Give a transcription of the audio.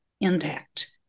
intact